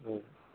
औ